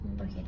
Okay